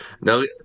No